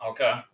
Okay